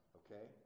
okay